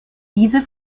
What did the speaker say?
diese